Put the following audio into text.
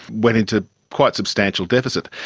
went into quite substantial deficit.